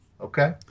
Okay